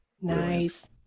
Nice